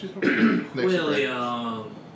William